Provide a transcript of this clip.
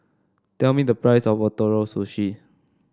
tell me the price of Ootoro Sushi